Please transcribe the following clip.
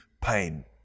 pain